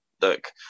Look